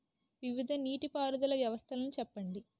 వివిధ నీటి పారుదల వ్యవస్థలను చెప్పండి?